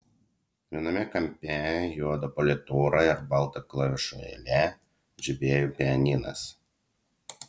viename kampe juoda politūra ir balta klavišų eile žibėjo pianinas